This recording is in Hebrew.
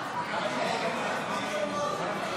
ההצעה להעביר את הצעת חוק זכאות לאבחון לקויות